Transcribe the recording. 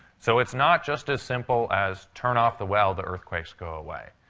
so it's not just as simple as turn off the well, the earthquakes go away.